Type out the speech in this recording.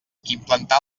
implantar